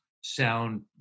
sound